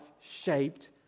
shaped